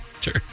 Sure